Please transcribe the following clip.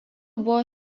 buvo